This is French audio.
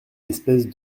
espèce